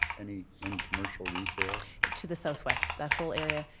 any any commercial retail? to the southwest. that whole area,